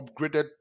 upgraded